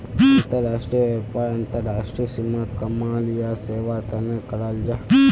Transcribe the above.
अंतर्राष्ट्रीय व्यापार अंतर्राष्ट्रीय सीमात माल या सेवार तने कराल जाहा